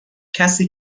کسی